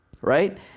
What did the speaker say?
right